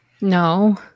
No